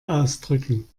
ausdrücken